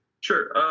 Sure